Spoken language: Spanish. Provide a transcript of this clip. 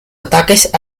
ataques